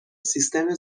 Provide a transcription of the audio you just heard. سیستم